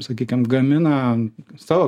sakykim gamina savo